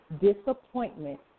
disappointment